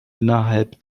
innerhalb